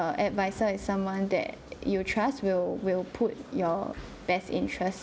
adviser is someone that you trust will will put your best interests